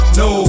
no